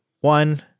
one